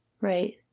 Right